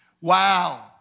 Wow